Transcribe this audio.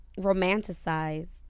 romanticized